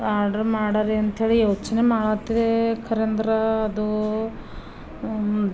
order ಮಾಡರಿ ಅಂಥೇಳಿ ಯೋಚನೆ ಮಾಡಾತ್ತೀರಿ ಖರೇಂದ್ರ ಅದು